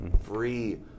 free